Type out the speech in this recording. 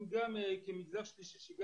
כמגזר שלישי,